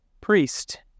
priest